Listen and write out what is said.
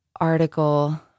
article